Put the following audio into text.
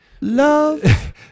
Love